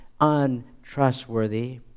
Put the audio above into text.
untrustworthy